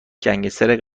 گنگستر